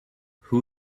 who